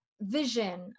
vision